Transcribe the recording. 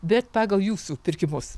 bet pagal jūsų pirkimus